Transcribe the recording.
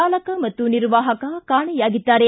ಚಾಲಕ ಮತ್ತು ನಿರ್ವಾಹಕ ಕಾಣೆಯಾಗಿದ್ದಾರೆ